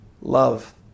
love